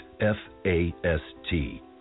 F-A-S-T